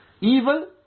evil